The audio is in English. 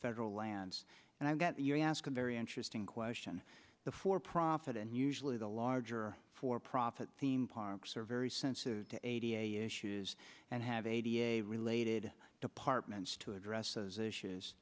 federal lands and i've got your ask a very interesting question the for profit and usually the larger for profit theme parks are very sensitive to eighty a issues and have a da related departments to address those issues